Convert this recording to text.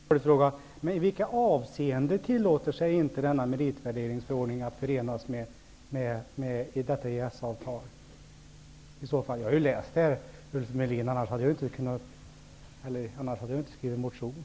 Herr talman! Min följdfråga blir då: I vilka avseenden tillåter sig denna meritvärderingsförordning inte att förenas med ett Visst har jag läst vad som sägs här. Om jag inte hade gjort det skulle jag ju inte ha skrivit motionen.